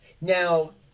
Now